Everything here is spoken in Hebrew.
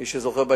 מי שזוכר,